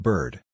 Bird